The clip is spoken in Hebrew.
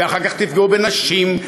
ואחר כך תפגעו בנשים,